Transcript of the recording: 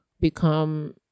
become